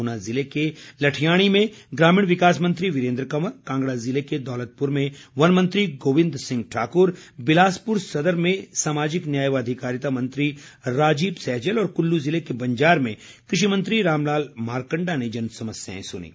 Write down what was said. ऊना जिले के लठियाणी में ग्रामीण विकास मंत्री वीरेन्द्र कंवर कांगड़ा जिले के दौलतपुर में वन मंत्री गोविंद सिंह ठाकुर बिलासपुर सदर में सामाजिक न्याय व अधिकारिता मंत्री राजीव सैजल और कुल्लू ज़िले के बंजार में कृषि मंत्री रामलाल मारकण्डा ने जनसमस्याएं सुनीं